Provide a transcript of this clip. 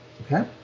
okay